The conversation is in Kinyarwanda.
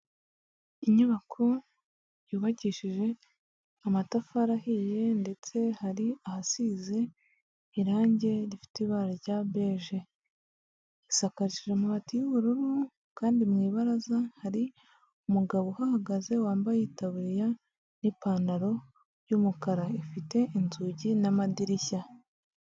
Inyubako yubakishije amatafari ahiye ndetse hari ahasize irange rifite ibara rya beje, hasakajije amabati y'ubururu, kandi mu ibaraza hari umugabo uhagaze wambaye itaburiya n'ipantaro y'umukara ifite inzugi n'amadirishya.